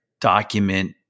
document